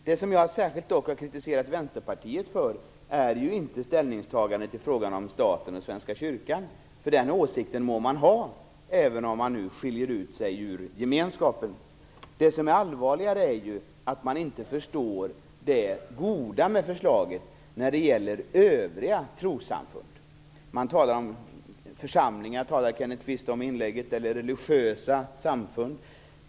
Det som jag särskilt har kritiserat Vänsterpartiet för är inte ställningstagandet i frågan om staten och Svenska kyrkan. Den åsikten må man ha, även om man nu skiljer ut sig ur gemenskapen. Det som är allvarligare är att man inte förstår det goda med förslaget när det gäller övriga trossamfund. Kenneth Kvist talar i sitt inlägg om församlingar, och det talas också om religiösa samfund.